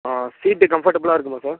ஆ seat கம்ஃபர்டபுலாக இருக்குமா sir